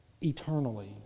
eternally